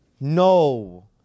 No